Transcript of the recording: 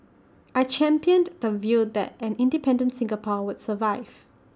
I championed the view that an independent Singapore would survive